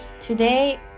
Today